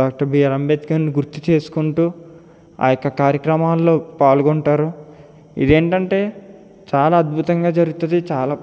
doctor BR అంబేద్కర్ని గుర్తు చేసుకుంటూ ఆయొక్క కార్యక్రమాల్లో పాల్గొంటారు ఇది ఏంటంటే చాలా అద్భుతంగా జరుగుతుంది చాలా